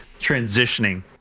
transitioning